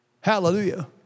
Hallelujah